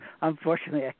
Unfortunately